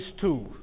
two